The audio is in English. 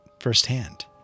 firsthand